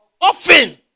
Often